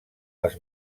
les